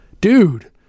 dude